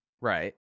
Right